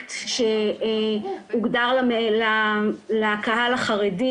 פרויקט שהוגדר לקהל החרדי.